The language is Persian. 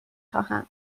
خواهم